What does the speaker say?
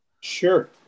Sure